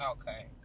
okay